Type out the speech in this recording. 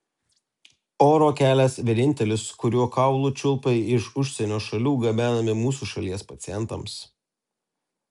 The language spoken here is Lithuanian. oro kelias vienintelis kuriuo kaulų čiulpai iš užsienio šalių gabenami mūsų šalies pacientams